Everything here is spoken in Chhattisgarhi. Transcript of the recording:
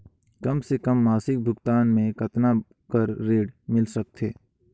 कम से कम मासिक भुगतान मे कतना कर ऋण मिल सकथे?